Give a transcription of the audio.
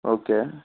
okay